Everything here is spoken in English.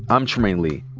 i'm trymaine lee.